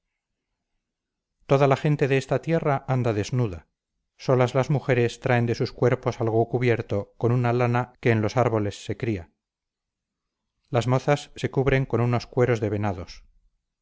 toda la gente de esta tierra anda desnuda solas las mujeres traen de sus cuerpos algo cubierto con una lana que en los árboles se cría las mozas se cubren con unos cueros de venados